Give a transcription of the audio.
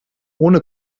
ohne